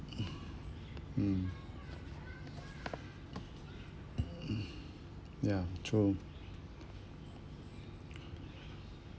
mm ya true